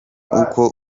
uko